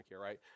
right